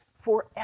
forever